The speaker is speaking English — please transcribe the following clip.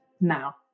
now